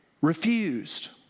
refused